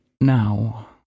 Now